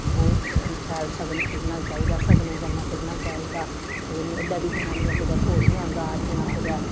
ओह् शैल सगन खु'ल्लना चाहिदा लगने कन्नै खु'ल्लना चाहिदा उसलै बी जनानियां कुदै घोड़ियां गाऽ दियां कुदै